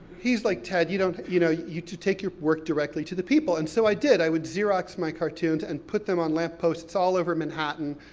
he's like, ted, you you know, you, to take your work directly to the people, and so i did. i would xerox my cartoons, and put them on lamp posts all over manhattan,